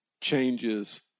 changes